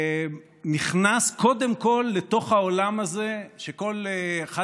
שנכנס קודם כול לתוך העולם הזה שכל אחד